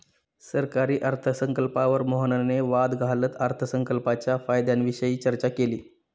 सरकारी अर्थसंकल्पावर मोहनने वाद घालत अर्थसंकल्पाच्या फायद्यांविषयी चर्चा केली